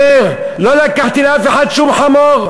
אומר: לא לקחתי לאף אחד שום חמור.